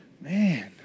Man